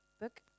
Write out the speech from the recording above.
book